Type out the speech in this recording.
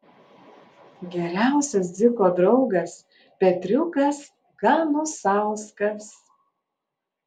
geriausias dziko draugas petriukas ganusauskas